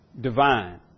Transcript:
Divine